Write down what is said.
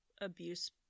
abuse